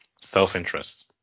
self-interest